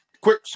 quick